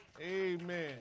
amen